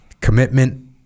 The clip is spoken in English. Commitment